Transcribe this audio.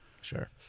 Sure